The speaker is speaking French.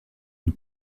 une